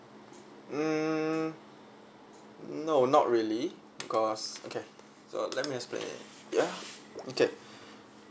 um no not really because okay so let me explain it ya okay